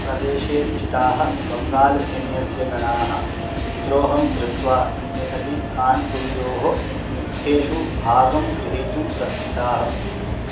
प्रदेशे स्थिताः बङ्गाल्सैन्यस्य गणाः विद्रोहं कृत्वा देहली कानपुरियोः युद्धेषु भागं गृहीतुं प्रस्थिताः